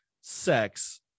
sex